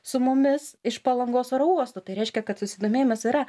su mumis iš palangos oro uosto tai reiškia kad susidomėjimas yra